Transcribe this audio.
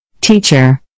Teacher